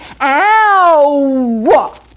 ow